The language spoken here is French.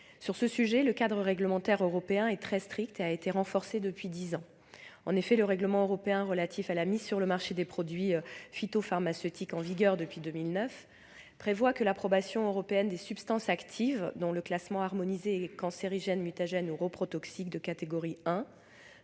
Sur ce sujet, le cadre réglementaire européen est très strict et a été renforcé depuis dix ans. Le règlement européen relatif à la mise sur le marché des produits phytopharmaceutiques, en vigueur depuis 2009, prévoit que l'approbation européenne des substances actives dont le classement harmonisé est cancérigène, mutagène ou reprotoxique de catégorie 1